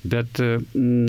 bet na